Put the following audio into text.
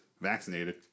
vaccinated